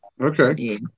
Okay